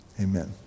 Amen